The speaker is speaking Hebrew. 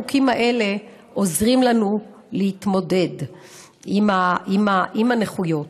החוקים האלה עוזרים לנו להתמודד עם הנכויות.